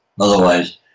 Otherwise